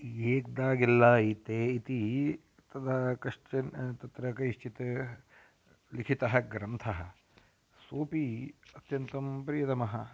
एग्दागेल्ला ऐते इति तदा कश्चन तत्र कैश्चित् लिखितः ग्रन्थः सोपि अत्यन्तं प्रियतमः